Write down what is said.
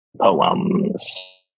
poems